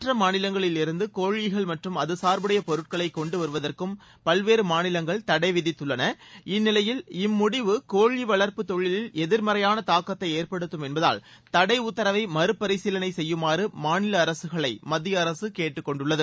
மற்ற மாநிலங்களிலிருந்து கோழிகள் மற்றும் அது சார்புடைய பொருட்களை கொண்டு வருவதற்கும் பல்வேறு மாநிலங்கள் இந்நிலையில் இம்முடிவு கோழி வளர்ப்பு தொழிலில் எதிர்மறையாள தாக்கத்தை ஏற்படுத்தும் என்பதால் தடை உத்தரவை மறபரிசீலனை செய்யுமாறும் மாநில அரசுகளை மத்திய அரசு கேட்டுக்கொண்டுள்ளது